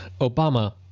Obama